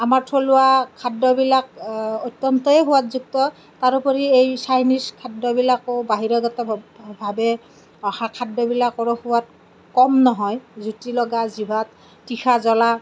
আমাৰ থলুৱা খাদ্যবিলাক অত্যন্তই সোৱাদযুক্ত তাৰোপৰি এই চাইনিছ খাদ্যবিলাকো বাহিৰাগত ভাৱে অহা খাদ্যবিলাকৰ সোৱাদ কম নহয় জুতি লগা জিভাত টিখা জলা